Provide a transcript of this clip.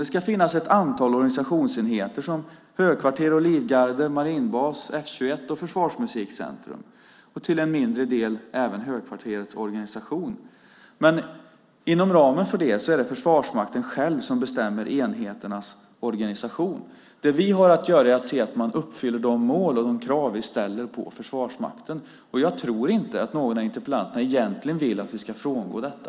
Det ska finnas ett antal organisationsenheter som högkvarter och livgarde, marinbas, F 21 och Försvarsmusikcentrum och till en mindre del även Högkvarterets organisation. Men inom ramen för detta är det Försvarsmakten själv som bestämmer enheternas organisation. Det vi har att göra är att se till att Försvarsmakten uppfyller de mål och de krav vi ställer på dem, och jag tror inte att någon av interpellanterna egentligen vill att vi ska frångå detta.